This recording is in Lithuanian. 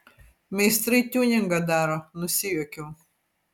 meistrai tiuningą daro nusijuokiau